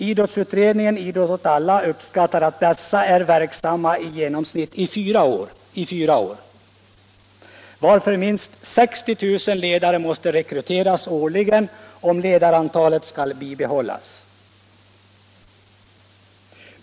Idrottsutredningen Idrott åt alla uppskattar att dessa är verksamma i genomsnitt fyra år, varför minst 60 000 ledare måste rekryteras årligen om ledarantalet skall kunna bibehållas.